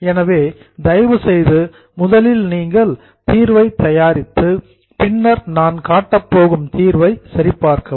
எனவே தயவுசெய்து முதலில் நீங்கள் சொல்யூஷன் தீர்வை தயாரித்து பின்னர் நான் காட்டப்போகும் தீர்வை சரிபார்க்கவும்